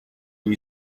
you